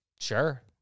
Sure